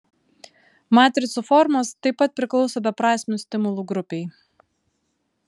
matricų formos taip pat priklauso beprasmių stimulų grupei